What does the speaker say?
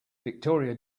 victoria